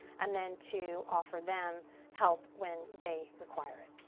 and then to offer them help when they require it.